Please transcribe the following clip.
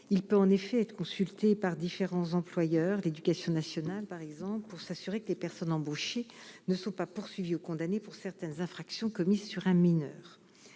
il peut en effet être consultés par différents employeurs : l'éducation nationale, par exemple, pour s'assurer que les personnes embauchées ne sont pas poursuivis ou condamnés pour certaines infractions commises sur un mineur